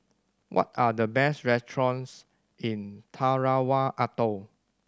what are the best restaurants in Tarawa Atoll